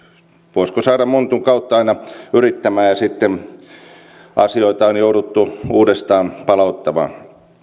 voisiko sanoa montun kautta aina yrittämään ja sitten asioita on jouduttu uudestaan palauttamaan